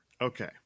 Okay